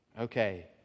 Okay